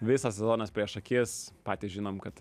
visas sezonas prieš akis patys žinom kad